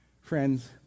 Friends